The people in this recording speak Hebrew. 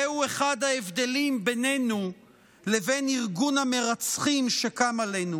זהו אחד ההבדלים בינינו לבין ארגון המרצחים שקם עלינו.